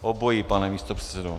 Obojí, pane místopředsedo.